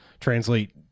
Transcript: translate